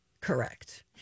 correct